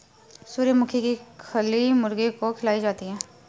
सूर्यमुखी की खली मुर्गी को खिलाई जाती है